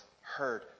heard